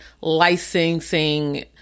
licensing